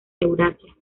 eurasia